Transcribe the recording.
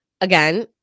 Again